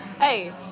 Hey